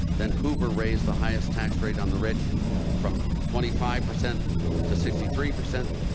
then hoover raised the highest tax rate on the rich from twenty five percent to sixty three percent.